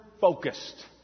focused